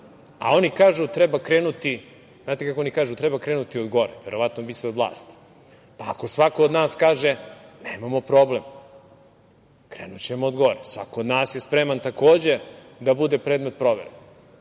a oni kažu treba krenuti, znate kako oni kažu – treba krenuti od gore, verovatno misle od vlasti. Pa, ako svako od nas kaže – nemamo problem, krenućemo od gore. Svako od nas je spreman da bude predmet provere.